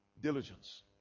diligence